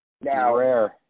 Now